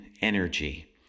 energy